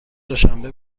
دوشنبه